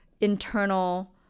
internal